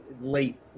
late